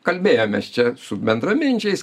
kalbėjomės čia su bendraminčiais